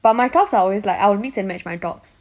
but my tops are always like I will mix and match my top